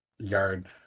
Yard